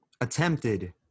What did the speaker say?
attempted